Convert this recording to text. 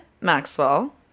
Maxwell